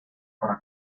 para